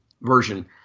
version